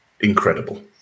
incredible